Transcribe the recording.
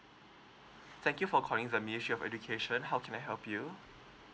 thank you for calling the ministry of education how can I help you